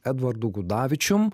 edvardu gudavičium